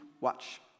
watch